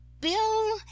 Bill